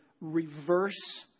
reverse